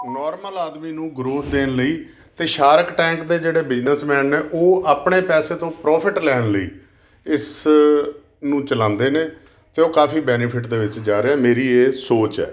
normal ਆਦਮੀ ਨੂੰ growth ਦੇਣ ਲਈ ਅਤੇ ਸ਼ਾਰਕ ਟੈਂਕ ਦੇ ਜਿਹੜੇ ਬਿਜਨਸਮੈਨ ਨੇ ਉਹ ਆਪਣੇ ਪੈਸੇ ਤੋਂ ਪ੍ਰੋਫਿਟ ਲੈਣ ਲਈ ਇਸ ਨੂੰ ਚਲਾਉਂਦੇ ਨੇ ਅਤੇ ਉਹ ਕਾਫੀ ਬੈਨੀਫਿਟ ਦੇ ਵਿੱਚ ਜਾ ਰਿਹਾ ਮੇਰੀ ਇਹ ਸੋਚ ਹੈ